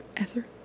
Ether